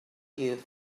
you